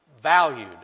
valued